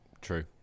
True